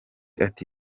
ati